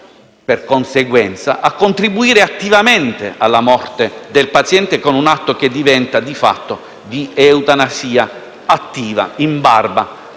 per conseguenza, a contribuire attivamente alla morte del paziente con un atto che diventa, di fatto, di eutanasia attiva, in barba